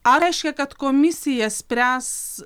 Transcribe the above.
ar reiškia kad komisija spręs